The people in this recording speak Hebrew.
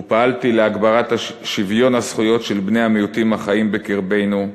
ופעלתי להגברת שוויון הזכויות של בני המיעוטים החיים בקרבנו.